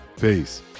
Peace